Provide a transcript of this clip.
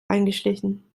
eingeschlichen